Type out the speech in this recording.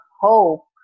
hope